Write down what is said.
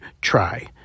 try